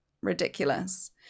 Ridiculous